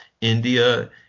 india